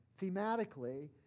thematically